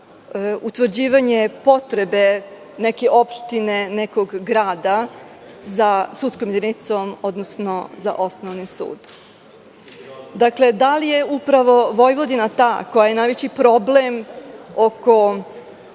utvrđivanje potrebe neke opštine, nekog grada za sudskom jedinicom, odnosno za osnovnim sudom. Da li je upravu Vojvodina ta koja je najveći problem oko